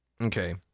Okay